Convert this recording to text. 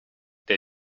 they